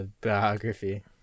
biography